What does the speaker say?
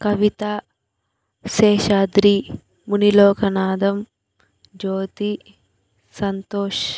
Kavitha Seshadri Munilokanatham Jyothi Santosh